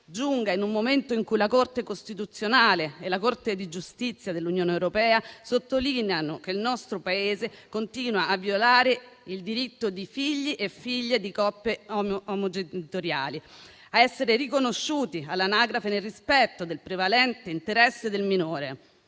giunga in un momento in cui la Corte costituzionale e la Corte di giustizia dell'Unione europea sottolineano che il nostro Paese continua a violare il diritto di figli e figlie di coppie omogenitoriali a essere riconosciuti all'anagrafe, nel rispetto del prevalente interesse del minore.